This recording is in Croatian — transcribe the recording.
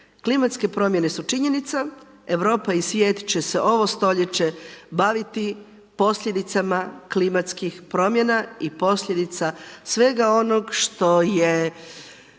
Klimatske promjene su činjenica, Europa i svijet će se ovo stoljeće baviti posljedicama klimatskih promjena i posljedica svega onog što je